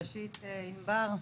ראשית, ענבר,